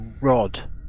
rod